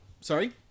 Sorry